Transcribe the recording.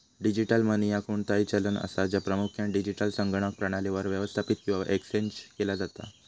digital money ह्या कोणताही चलन असा, ज्या प्रामुख्यान डिजिटल संगणक प्रणालीवर व्यवस्थापित किंवा एक्सचेंज केला जाता